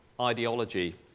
ideology